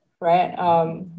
right